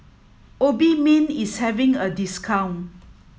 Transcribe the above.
Obimin is having a discount